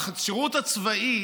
השירות הצבאי